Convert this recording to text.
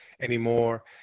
anymore